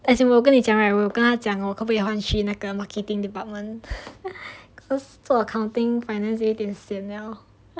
as in 我跟你讲 right 我有跟他讲我可不可以换去那个 marketing department cause 做 accounting finance 有一点 sian 了